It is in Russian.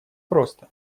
просто